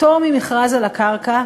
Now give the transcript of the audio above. פטור ממכרז על הקרקע,